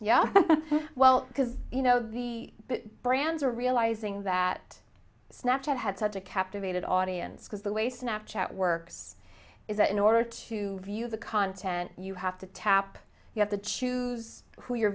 yeah well because you know the brands are realizing that snapchat had such a captivated audience because the way snap chat works is that in order to view the content you have to tap you have to choose who you